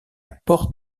porte